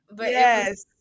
Yes